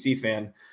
fan